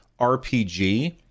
rpg